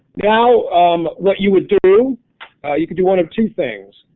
now um what you would do you can do one of two things.